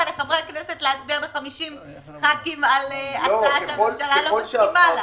לחברי הכנסת להצביע ב-50 חברי כנסת על הצעה שהממשלה לא מסכימה.